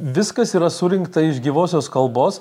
viskas yra surinkta iš gyvosios kalbos